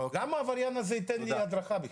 למה העבריין הזה ייתן לי הדרכה בכלל?